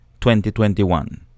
2021